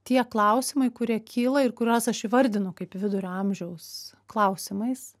tie klausimai kurie kyla ir kuriuos aš įvardinu kaip vidurio amžiaus klausimais